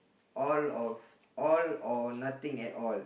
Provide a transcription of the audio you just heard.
all of all or nothing at all